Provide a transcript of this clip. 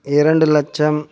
இரண்டு லட்சம்